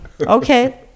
okay